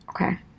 okay